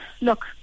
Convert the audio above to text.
look